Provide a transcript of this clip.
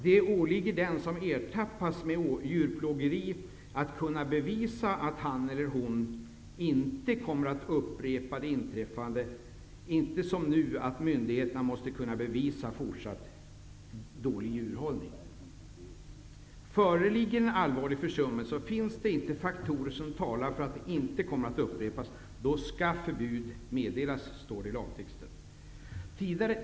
Det skall åligga den som ertappats med att utöva djurplågeri att kunna bevisa att han eller hon inte kommer att upprepa det inträffade. För närvarande måste myndigheterna kunna bevisa den fortsatt dåliga djurhållningen. I den föreslagna lagtexten står det nu, att om det föreligger en allvarlig försummelse och det inte finns faktorer som talar för att detta inte kommer att upprepas, skall förbud meddelas.